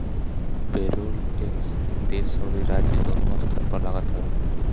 payroll tax देस अउरी राज्य दूनो स्तर पर लागत हवे